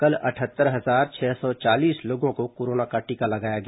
कल अटहत्तर हजार छह सौ चालीस लोगों को कोरोना का टीका लगाया गया